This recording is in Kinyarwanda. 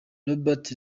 robert